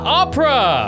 opera